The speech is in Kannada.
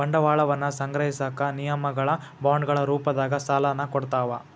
ಬಂಡವಾಳವನ್ನ ಸಂಗ್ರಹಿಸಕ ನಿಗಮಗಳ ಬಾಂಡ್ಗಳ ರೂಪದಾಗ ಸಾಲನ ಕೊಡ್ತಾವ